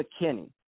McKinney